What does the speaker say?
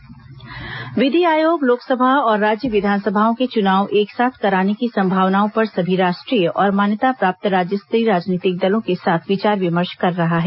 लोकसभा राज्यसभा चुनाव विमर्श विधि आयोग लोकसभा और राज्य विधानसभाओं के चुनाव एक साथ कराने की संभावनाओं पर सभी राष्ट्रीय और मान्यता प्राप्त राज्य स्तरीय राजनीतिक दलों के साथ विचार विमर्श कर रहा है